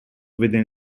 within